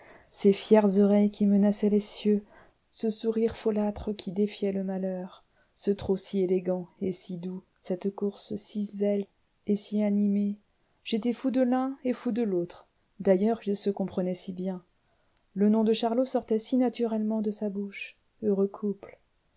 ces fières oreilles qui menaçaient les cieux ce sourire folâtre qui défiait le malheur ce trot si élégant et si doux cette course si svelte et si animée j'étais fou de l'un et fou de l'autre d'ailleurs ils se comprenaient si bien le nom de charlot sortait si naturellement de sa bouche heureux couple